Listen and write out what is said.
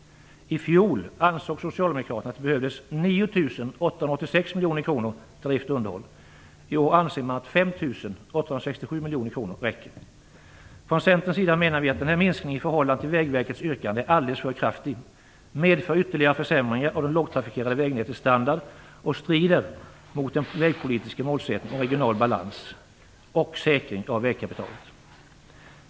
I fjol ansåg Socialdemokraterna att det behövdes 9 886 miljoner kronor till drift och underhåll. I år anser man att 5 867 miljoner kronor räcker. Från Centerns sida menar vi att denna minskning i förhållande till Vägverkets yrkande är alldeles för kraftig, medför ytterligare försämringar av det lågtrafikerade vägnätets standard och strider mot det vägpolitiska målet att uppnå en regional balans och en säkring av vägkapitalet.